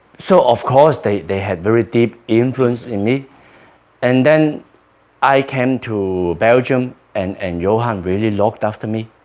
so, of course they they had very deep influence in me and then i came to belgium and and johan really looked after me